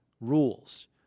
rules